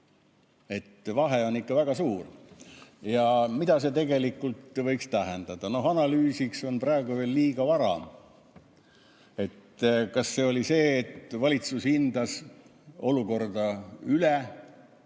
Vahe on ikka väga suur. Mida see tegelikult võiks tähendada? Analüüsiks on praegu veel liiga vara. Kas see oli see, et valitsus hindas olukorda üle?